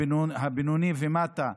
הבינוניות ומטה,